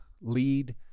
lead